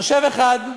יושב אחד,